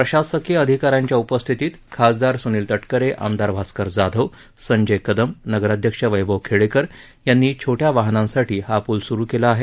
प्रशासकिय अधिका यांच्या उपस्थितीत खासदार सुनील तटकरे आमदार भास्कर जाधव संजय कदम नगराध्यक्ष वैभव खेडेकर यांनी छोटया वाहनांसाठी हा पूल सुरु केला आहे